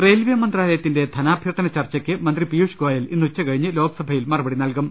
railway മന്ത്രാലയത്തിന്റെ ധനാഭ്യർത്ഥന ചർച്ചക്ക് മന്ത്രി പീയുഷ് ഗോയൽ ഇന്ന് ഉച്ചകഴിഞ്ഞ് ലോക്സഭയിൽ മറുപടി നൽകും